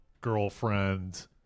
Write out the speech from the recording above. Girlfriend